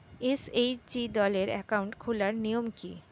SHG দলের account খোলার নিয়ম কী?